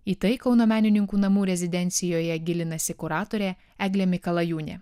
į tai kauno menininkų namų rezidencijoje gilinasi kuratorė eglė mikalajūnė